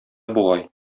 бугай